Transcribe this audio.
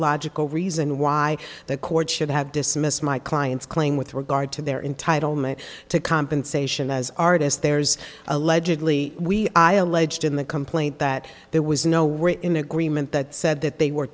logical reason why the court should have dismissed my client's claim with regard to their entitle me to compensation as artists there's allegedly we i alleged in the complaint that there was no we're in agreement that said that they were